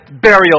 burial